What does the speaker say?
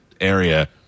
area